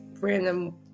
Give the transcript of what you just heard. random